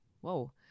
whoa